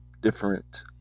different